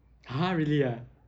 !huh! really ah